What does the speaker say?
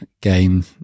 game